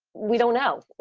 we don't know.